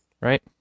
Right